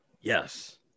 Yes